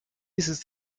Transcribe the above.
dieses